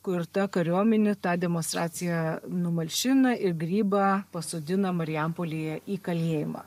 kur ta kariuomenė tą demonstraciją numalšina ir grybą pasodina marijampolėje į kalėjimą